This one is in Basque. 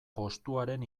postuaren